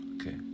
Okay